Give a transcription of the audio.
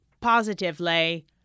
positively